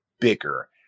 bigger